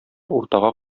уртага